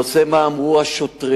הנושא של מה אמרו השוטרים